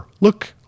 look